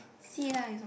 see lah is your